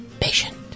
patient